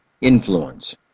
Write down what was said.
influence